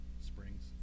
springs